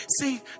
see